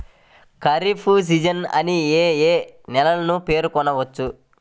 Kharif season అని ఏ ఏ నెలలను పేర్కొనవచ్చు?